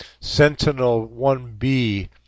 Sentinel-1B